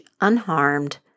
unharmed